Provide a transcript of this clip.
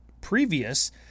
previous